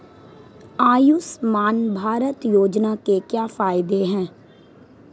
आयुष्मान भारत योजना के क्या फायदे हैं?